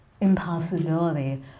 impossibility